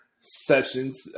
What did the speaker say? sessions